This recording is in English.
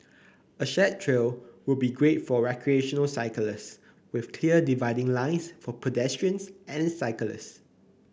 a shared trail would be great for recreational cyclists with clear dividing lines for pedestrians and cyclists